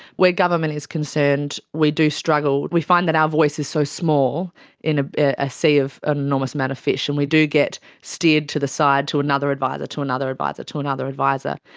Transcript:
where government is concerned, we do struggle. we find that our voice is so small in a ah sea of an enormous amount of fish and we do get steered to the side to another advisor, to another advisor, to another advisor.